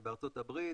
בארצות הברית,